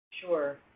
Sure